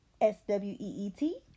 S-W-E-E-T